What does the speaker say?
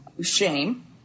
shame